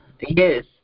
yes